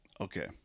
Okay